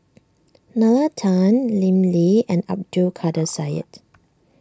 Nalla Tan Lim Lee and Abdul Kadir Syed